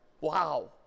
wow